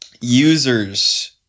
Users